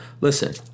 listen